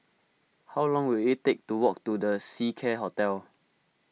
how long will it take to walk to the Seacare Hotel